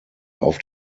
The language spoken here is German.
auf